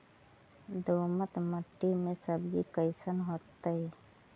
दोमट मट्टी में सब्जी कैसन होतै?